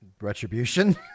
Retribution